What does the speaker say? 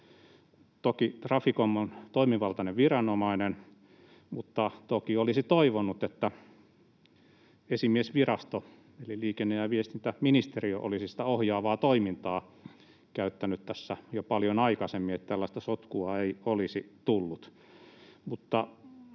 Toki Traficom on toimivaltainen viranomainen, mutta toki olisi toivonut, että esimiesvirasto eli liikenne- ja viestintäministeriö olisi käyttänyt sitä ohjaavaa toimintaa tässä jo paljon aikaisemmin, että tällaista sotkua ei olisi tullut.